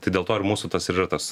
tai dėl to ir mūsų tas ir yra tas